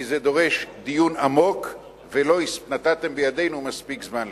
כי זה דורש דיון עמוק ולא נתתם בידנו מספיק זמן לכך.